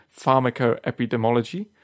Pharmacoepidemiology